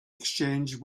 exchange